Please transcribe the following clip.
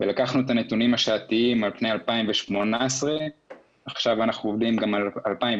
ולקחנו את הנתונים השנתיים על פני 2018 ועכשיו אנחנו עובדים גם על 2019